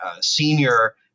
senior